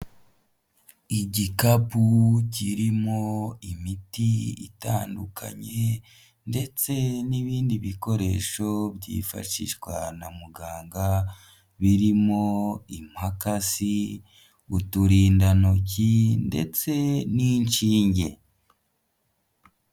Igikapu kirimo imiti itandukanye ndetse n'ibindi bikoresho byifashishwa na muganga, birimo imakasi, uturindantoki ndetse n'inshinge.